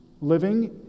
living